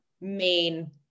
main